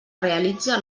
realitze